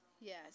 Yes